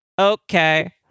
Okay